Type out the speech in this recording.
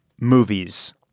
movies